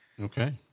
Okay